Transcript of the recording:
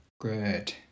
Good